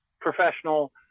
professional